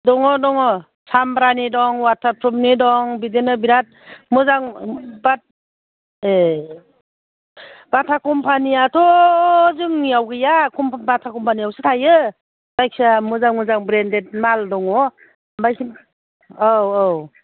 दङ दङ सामब्रानि दं अवाटार प्रुफनि दं बिदिनो बिराथ मोजां ए बाटा कम्पानियाथ' जोंनियाव गैया बाटा कम्पानियावसो थायो जायखिजाया मोजां मोजां ब्रेण्डेद माल दङ ओमफ्राय औ औ